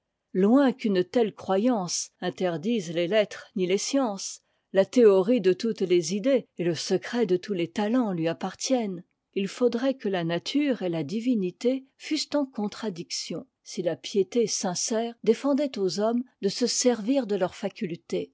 loin qu'une telle croyance interdise les lettres ni les sciences la théorie de toutes les idées et le secret de tous les talents lui appartiennent il faudrait que la nature et la divinité fussent en contradiction si la piété sincère défendait aux hommes de se servir de leurs facultés